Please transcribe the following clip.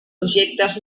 projectes